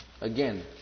Again